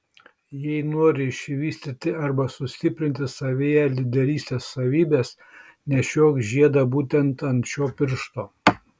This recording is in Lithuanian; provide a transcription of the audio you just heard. jei nori išvystyti arba sustiprinti savyje lyderystės savybes nešiok žiedą būtent ant šio piršto